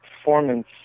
performance